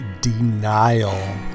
denial